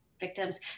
victims